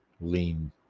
lean